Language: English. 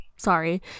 Sorry